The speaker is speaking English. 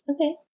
okay